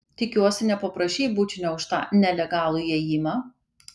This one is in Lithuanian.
tikiuosi nepaprašei bučinio už tą nelegalų įėjimą